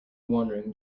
wandering